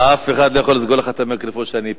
אף אחד לא יכול לסגור לך את המיקרופון כשאני פה.